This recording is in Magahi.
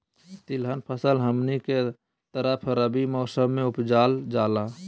तिलहन फसल हमनी के तरफ रबी मौसम में उपजाल जाला